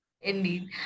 indeed